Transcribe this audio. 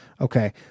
Okay